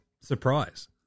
surprise